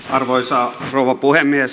arvoisa rouva puhemies